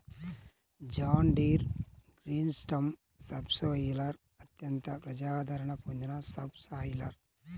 John Deere green system subsoiler అత్యంత ప్రజాదరణ పొందిన సబ్ సాయిలర్